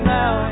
now